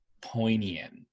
poignant